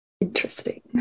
Interesting